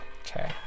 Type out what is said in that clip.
Okay